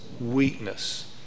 weakness